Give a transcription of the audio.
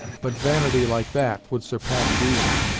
but vanity like that, would surpass reason.